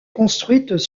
construites